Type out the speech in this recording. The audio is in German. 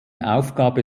aufgabe